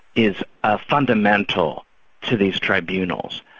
is ah fundamental to these tribunals.